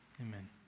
amen